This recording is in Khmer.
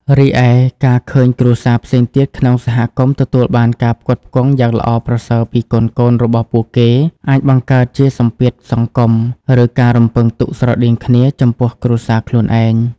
រីឯ ការឃើញគ្រួសារផ្សេងទៀតក្នុងសហគមន៍ទទួលបានការផ្គត់ផ្គង់យ៉ាងល្អប្រសើរពីកូនៗរបស់ពួកគេ អាចបង្កើតជាសម្ពាធសង្គម ឬការរំពឹងទុកស្រដៀងគ្នាចំពោះគ្រួសារខ្លួនឯង។